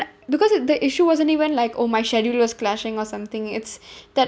because the issue wasn't even like oh my schedule was clashing or something it's that